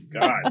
God